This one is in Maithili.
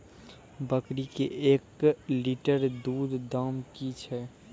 बकरी के एक लिटर दूध दाम कि छ?